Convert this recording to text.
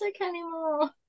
anymore